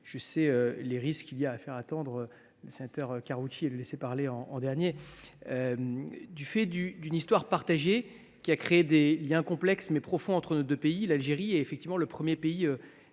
je sais les risques qu’il y a à faire attendre le sénateur Karoutchi, mais aussi à le laisser parler en dernier… Du fait d’une histoire partagée qui a créé des liens complexes, mais profonds entre nos deux pays, l’Algérie est le premier pays